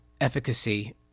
efficacy